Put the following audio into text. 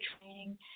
training